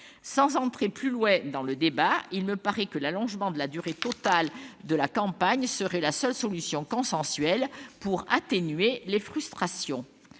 Sans entrer dans les détails de ce débat, il me semble que l'allongement de la durée totale de la campagne serait la seule solution consensuelle pour atténuer les frustrations.